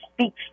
speaks